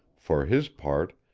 for his part,